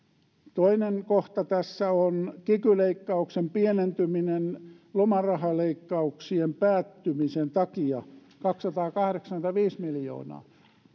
toinen kohta tässä on kiky leikkauksen pienentyminen lomarahaleikkauksien päättymisen takia kaksisataakahdeksankymmentäviisi miljoonaa